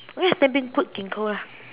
then put ginkgo ah